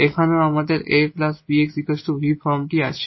এখানেও আমাদের 𝑎 𝑏𝑥 𝑣 ফর্ম আছে